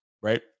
right